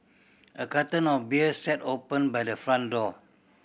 a carton of beer sat open by the front door